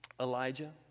Elijah